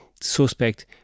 suspect